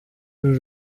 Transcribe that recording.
uru